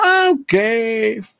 okay